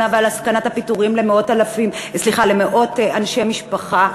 ועל סכנת הפיטורים למאות אנשי משפחה,